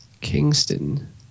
Kingston